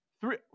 three